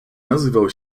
nazywał